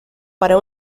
para